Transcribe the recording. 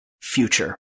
future